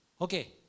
Okay